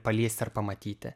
paliesti ar pamatyti